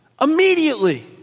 Immediately